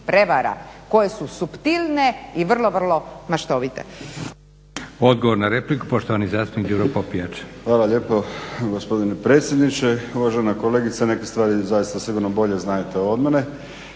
prevara koje su suptilne i vrlo, vrlo maštovite.